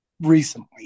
recently